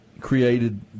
created